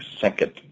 second